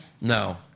No